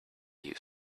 you